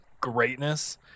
greatness